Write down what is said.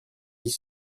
dix